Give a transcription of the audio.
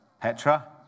Petra